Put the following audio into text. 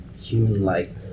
human-like